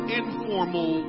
informal